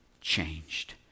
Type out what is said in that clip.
changed